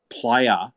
player